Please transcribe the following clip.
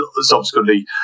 subsequently